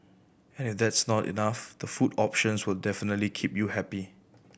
and if that's not enough the food options will definitely keep you happy